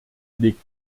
legt